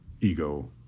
ego